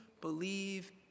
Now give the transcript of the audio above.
believe